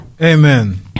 Amen